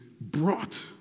brought